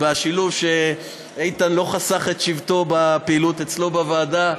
בשילוב שאיתן לא חסך את שבטו בפעילות אצלו בוועדה,